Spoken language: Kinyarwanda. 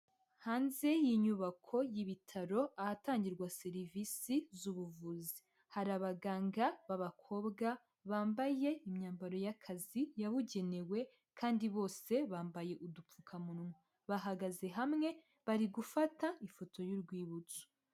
Hanze y'inyubako y'ibitaro ahatangirwa serivisi z'ubuvuzi, hari abaganga ba bakobwa bambaye imyambaro y'akazi yabugenewe kandi bose bambaye udupfukamunwa. Bahagaze hamwe bari gufata ifoto y'urwibutso.